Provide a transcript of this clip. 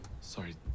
Sorry